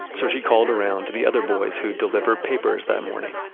so she called around to the other boys who delivered papers that morning.